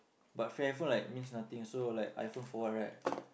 but free iPhone like means nothing so I like iPhone for what right